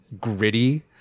gritty